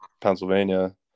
Pennsylvania